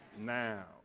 now